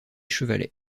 chevalet